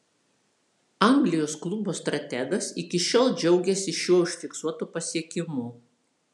anglijos klubo strategas iki šiol džiaugiasi šiuo užfiksuotu pasiekimu